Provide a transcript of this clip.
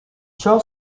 ciò